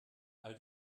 all